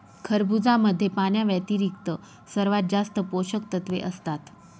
खरबुजामध्ये पाण्याव्यतिरिक्त सर्वात जास्त पोषकतत्वे असतात